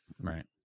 Right